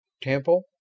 Temple